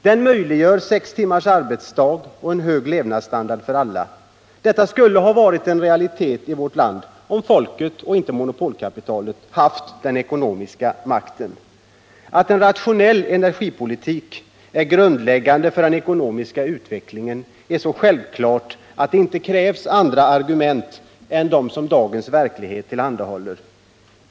Den möjliggör sex timmars arbetsdag och en hög levnadsstandard för alla. Detta skulle redan ha varit en realitet i vårt land om folket, inte monopolkapitalet, haft den ekonomiska makten. Att en rationell energipolitik är grundläggande för den ekonomiska utvecklingen är så självklart att det inte krävs andra argument än de som dagens verklighet tillhandahåller.